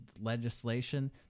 legislation